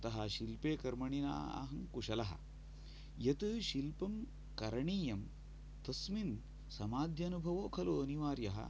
अतः शिल्पे कर्मणिनः अहं कुशलः यत् शिल्पं करणीयं तस्मिन् समाद्यनुभवो खलु अनिर्वायः